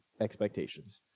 expectations